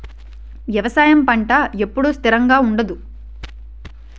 వ్యవసాయం పంట ఎప్పుడు స్థిరంగా ఉండదు